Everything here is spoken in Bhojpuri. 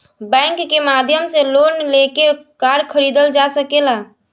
बैंक के माध्यम से लोन लेके कार खरीदल जा सकेला